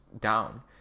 down